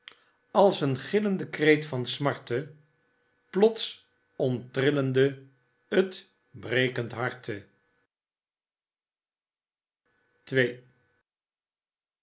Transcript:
als een gillende kreet van smarte plots onttrilknde t brekend harte